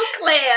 Claire